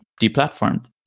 deplatformed